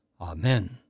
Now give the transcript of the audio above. Amen